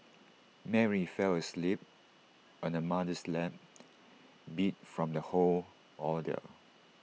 Mary fell asleep on her mother's lap beat from the whole ordeal